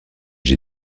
j’ai